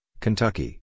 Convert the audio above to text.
Kentucky